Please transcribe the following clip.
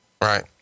Right